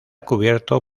cubierto